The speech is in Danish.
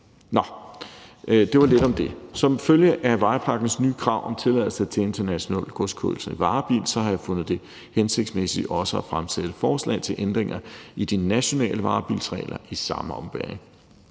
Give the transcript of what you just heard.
Nå, det var lidt om det. Som følge af vejpakkens nye krav om tilladelse til international godskørsel i varebil har jeg fundet det hensigtsmæssigt også at fremsætte forslag til ændringer i de nationale varebilsregler i samme ombæring.